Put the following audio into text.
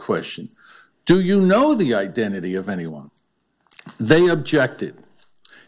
question do you know the identity of anyone they objected